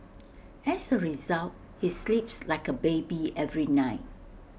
as A result he sleeps like A baby every night